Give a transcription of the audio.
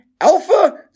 Alpha